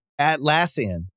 Atlassian